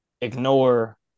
ignore